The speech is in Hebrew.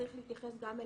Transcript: צריך להתייחס גם אליהן,